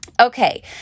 Okay